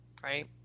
right